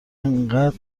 اینقد